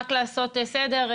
רק לעשות סדר,